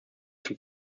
zum